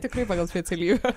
tikrai pagal specialybę